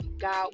God